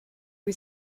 was